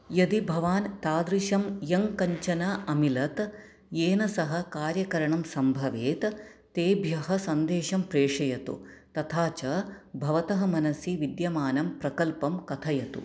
यदि भवान् तादृशं यङ्कञ्चन अमिलत् येन सह कार्यकरणं सम्भवेत् तेभ्यः सन्देशं प्रेषयतु तथा च भवतः मनसि विद्यमानं प्रकल्पं कथयतु